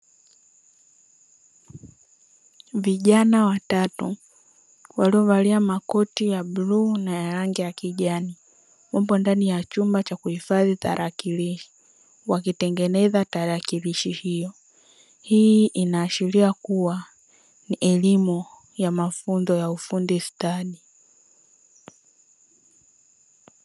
Vijana watatu walio valia makoti ya bluu na yarangi ya kijani wapo ndani ya chumba cha kuhifadhi tarakilishi, wakitengeneza tarakilishi hizo. Hii inaashiria kua ni elimu ya mafunzo ya ufundi stadi